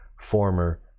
former